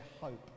hope